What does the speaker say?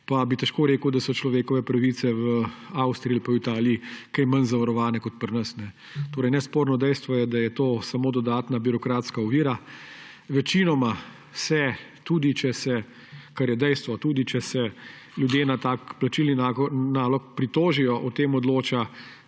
pa bi težko rekel, da so človekove pravice v Avstriji ali v Italiji kaj manj zavarovane kot pri nas. Nesporno dejstvo je, da je to samo dodatna birokratska ovira. Dejstvo je, tudi če se ljudje na tak plačilni nalog pritožijo, o tem odloča